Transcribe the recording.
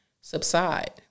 subside